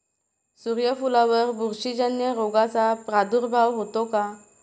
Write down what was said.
सूर्यफुलावर बुरशीजन्य रोगाचा प्रादुर्भाव होतो का?